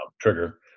trigger